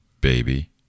Baby